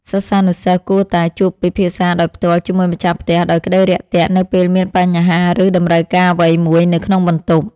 សិស្សានុសិស្សគួរតែជួបពិភាក្សាដោយផ្ទាល់ជាមួយម្ចាស់ផ្ទះដោយក្តីរាក់ទាក់នៅពេលមានបញ្ហាឬតម្រូវការអ្វីមួយនៅក្នុងបន្ទប់។